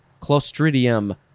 clostridium